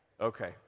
Okay